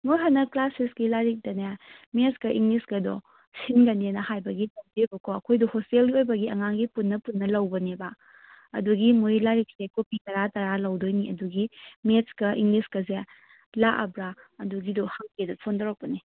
ꯃꯣꯏ ꯍꯥꯟꯅ ꯀ꯭ꯂꯥꯁ ꯁꯤꯛꯁꯀꯤ ꯂꯥꯏꯔꯤꯛꯇꯅꯦ ꯃꯦꯠꯁꯀꯥ ꯏꯪꯂꯤꯁꯀꯗꯣ ꯁꯤꯜꯂꯅꯦꯅ ꯍꯥꯏꯕꯒꯤ ꯑꯩꯈꯣꯏꯗꯨ ꯍꯣꯁꯇꯦꯜꯒꯤ ꯑꯣꯏꯕꯒꯤ ꯑꯉꯥꯡꯒꯤ ꯄꯨꯟꯅ ꯄꯨꯟꯅ ꯂꯧꯕꯅꯦꯕ ꯑꯗꯨꯒꯤ ꯃꯣꯏ ꯂꯥꯏꯔꯤꯛꯁꯦ ꯀꯣꯄꯤ ꯇꯔꯥ ꯇꯔꯥ ꯂꯧꯗꯣꯏꯅꯤ ꯑꯗꯨꯒꯤ ꯃꯦꯠꯁꯀ ꯏꯪꯂꯤꯁꯀꯁꯦ ꯂꯥꯛꯂꯕ꯭ꯔꯥ ꯑꯗꯨꯒꯤꯗꯣ ꯍꯪꯒꯦꯅ ꯐꯣꯟ ꯇꯧꯔꯛꯄꯅꯤ